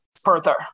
further